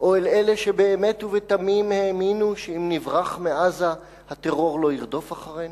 או אל אלה שבאמת ובתמים האמינו שאם נברח מעזה הטרור לא ירדוף אחרינו?